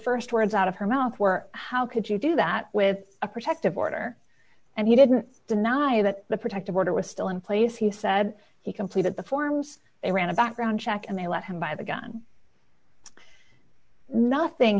the st words out of her mouth were how could you do that with a protective order and he didn't deny that the protective order was still in place he said he completed the forms they ran a background check and they let him buy the gun nothing